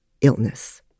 illness